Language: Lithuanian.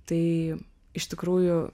tai iš tikrųjų